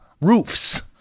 roofs